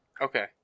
Okay